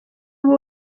ubu